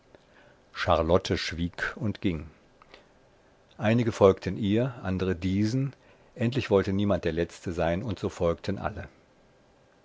charlotte schwieg und ging einige folgten ihr andere diesen endlich wollte niemand der letzte sein und so folgten alle